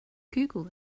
google